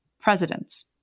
presidents